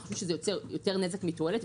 אנו חושבים שזה יוצר יותר נזק מתועלת.